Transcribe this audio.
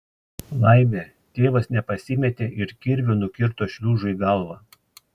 laimė tėvas nepasimetė ir kirviu nukirto šliužui galvą